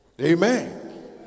Amen